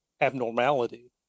abnormality